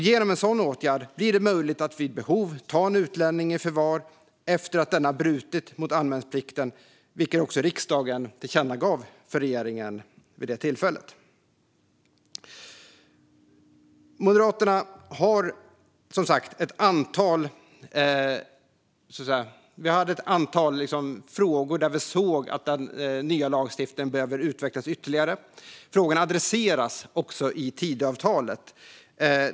Genom en sådan åtgärd blir det möjligt att vid behov ta en utlänning i förvar efter att denne har brutit mot anmälningsplikten, vilket riksdagen också tillkännagav för regeringen vid det tillfället. Moderaterna har som sagt sett ett antal områden där den nya lagstiftningen behöver utvecklas ytterligare. Frågan adresseras också i Tidöavtalet.